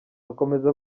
akomeza